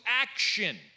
action